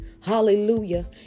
hallelujah